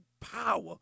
power